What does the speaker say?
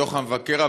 לדוח המבקר,